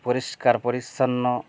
পরিষ্কার পরিছন্ন